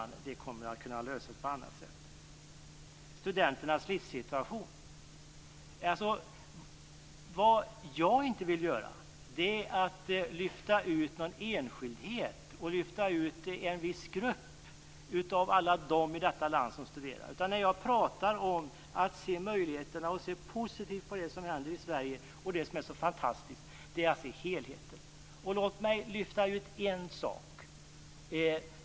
Det kommer att kunna lösas på annat sätt. Så till studenternas livssituation. Vad jag inte vill göra är att lyfta ut någon enskildhet och att lyfta ut en viss grupp av alla dem i detta land som studerar. Jag pratar om möjligheterna och om att se positivt på det som händer i Sverige. Det som är så fantastiskt är att se helheten. Låt mig lyfta ut en sak.